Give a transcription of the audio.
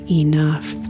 enough